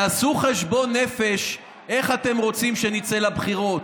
תעשו חשבון נפש איך אתם רוצים שנצא לבחירות,